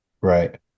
Right